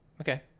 Okay